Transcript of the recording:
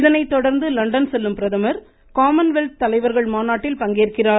இதனை தொடர்ந்து லண்டன் செல்லும் பிரதமர் காமன்வெல்த் தலைவர்கள் மாநாட்டில் பங்கேற்கிறார்